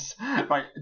right